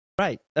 Right